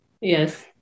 Yes